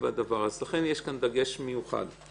לכן יש כאן דגש מיוחד.